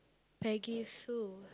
Peggy-Sue